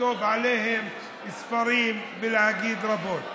אפשר לכתוב עליהם ספרים ולהגיד רבות.